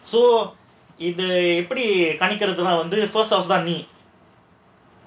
so இது எப்படி கணிக்குறதுலாம் வந்து:idhu epdi kanikurathellaam vandhu first half தான் நீ:thaan nee